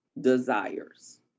desires